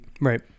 Right